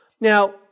Now